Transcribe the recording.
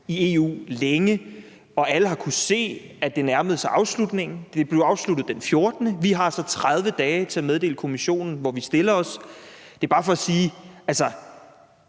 i EU længe, og alle har kunnet se, at det nærmede sig afslutningen. Det blev afsluttet den 14. maj, og vi har så 30 dage til at meddele Kommissionen, hvor vi stiller os. Det er bare for at sige, at